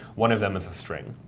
one of them is a string.